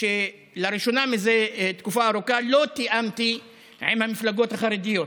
שלראשונה מזה תקופה ארוכה לא תיאמתי עם המפלגות החרדיות.